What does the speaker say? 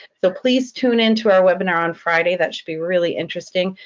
so please tune into our webinar on friday. that should be really interesting,